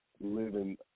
living